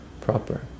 proper